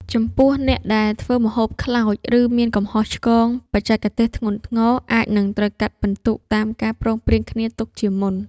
ចំពោះអ្នកដែលធ្វើឱ្យម្ហូបខ្លោច ឬមានកំហុសឆ្គងបច្ចេកទេសធ្ងន់ធ្ងរ អាចនឹងត្រូវកាត់ពិន្ទុតាមការព្រមព្រៀងគ្នាទុកជាមុន។